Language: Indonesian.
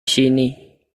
sini